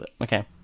okay